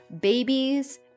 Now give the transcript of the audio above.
Babies